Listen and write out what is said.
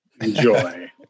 enjoy